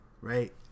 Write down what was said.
right